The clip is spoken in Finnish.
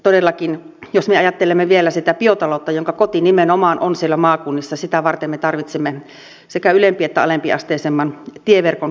todellakin jos me ajattelemme vielä sitä biotaloutta jonka koti nimenomaan on siellä maakunnissa niin sitä varten me tarvitsemme sekä ylempi että alempiasteisemman tieverkon kunnossapitoa